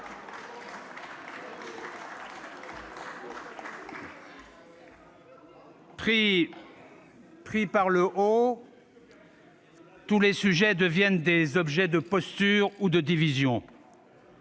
Pris par le haut, tous les sujets deviennent des objets de posture ou de division-